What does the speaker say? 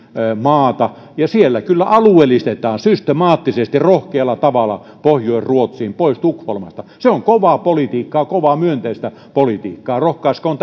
maata ja siellä kyllä alueellistetaan systemaattisesti rohkealla tavalla pohjois ruotsiin pois tukholmasta se on kovaa politiikkaa kovaa myönteistä politiikkaa rohkaiskoon